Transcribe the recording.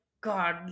God